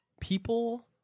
people